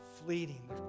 fleeting